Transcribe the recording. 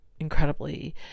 incredibly